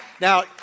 Now